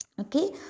Okay